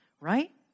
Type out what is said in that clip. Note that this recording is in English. right